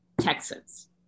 Texas